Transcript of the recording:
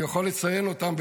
אני יכול לציין אותם,